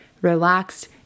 relaxed